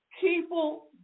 people